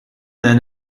then